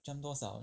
jump 多少